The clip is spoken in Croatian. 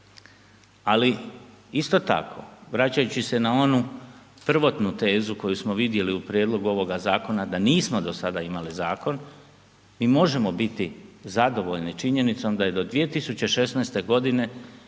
Ali isto tako vraćajući se na onu prvotnu tezu koju smo vidjeli u prijedlogu ovoga zakona da nismo do sada imali zakon, mi možemo biti zadovoljni činjenicom da je do 2016. g.